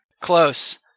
Close